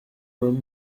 room